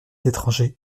étranger